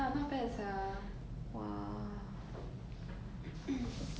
so you are dining at a new restaurant called karma